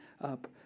up